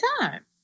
time